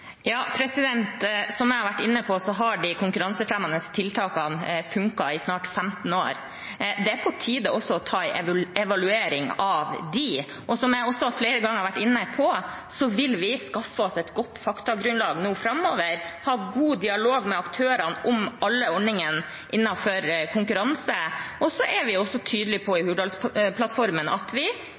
Som jeg har vært inne på, har de konkurransefremmende tiltakene funket i snart 15 år. Det er på tide å ta en evaluering av dem. Og som jeg også flere ganger har vært inne på, vil vi skaffe oss et godt faktagrunnlag nå framover og ha god dialog med aktørene om alle ordningene innenfor konkurranse. Så er vi tydelige på i Hurdalsplattformen at vi